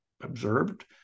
observed